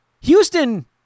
Houston